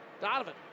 Donovan